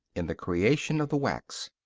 in the creation of the wax,